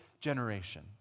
generation